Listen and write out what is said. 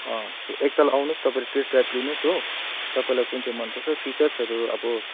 एकताल आउनुहोस् तपाईँहरू टेस्ट ड्राइभ लिनुहोस् हो तपाईँलाई कुन चाहिँ मनपर्छ फिचर्सहरू अब